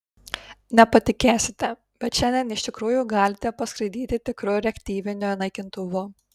nepatikėsite bet šiandien iš tikrųjų galite paskraidyti tikru reaktyviniu naikintuvu